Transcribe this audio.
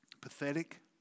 Pathetic